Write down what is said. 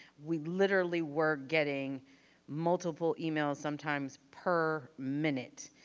we literally were getting multiple emails sometimes per minute.